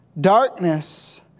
Darkness